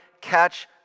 catch